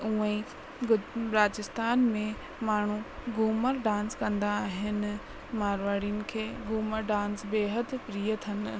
हूअंई म ॿु राजस्थान में माण्हू घूमर डांस कंदा आहिनि मारवाड़ियुनि खे घूमर डांस बेहद प्रिय अथन